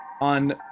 on